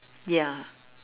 ya